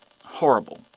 horrible